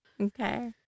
Okay